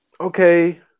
okay